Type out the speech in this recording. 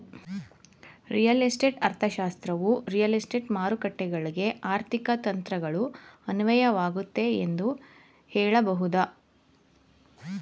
real estate ಅರ್ಥಶಾಸ್ತ್ರವು real estate ಮಾರುಕಟ್ಟೆಗಳ್ಗೆ ಆರ್ಥಿಕ ತಂತ್ರಗಳು ಅನ್ವಯವಾಗುತ್ತೆ ಎಂದು ಹೇಳಬಹುದು